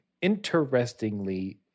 Interestingly